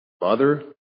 mother